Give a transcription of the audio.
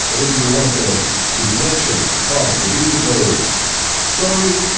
so if you want a reflection of the biblical story,